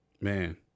Man